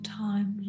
time